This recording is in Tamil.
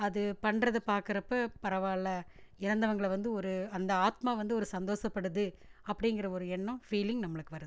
அது பண்ணுறது பார்க்குறப்ப பரவால்லை இறந்தவங்கள வந்து ஒரு அந்த ஆத்மா வந்து ஒரு சந்தோசப்படுது அப்படிங்கிற ஒரு எண்ணம் ஃபீலிங் நம்மளுக்கு வருது